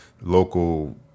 local